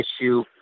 issue